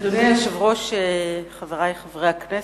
אדוני היושב-ראש, חברי חברי הכנסת,